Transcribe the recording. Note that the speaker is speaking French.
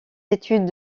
études